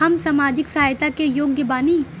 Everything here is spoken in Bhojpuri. हम सामाजिक सहायता के योग्य बानी?